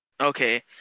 Okay